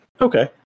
Okay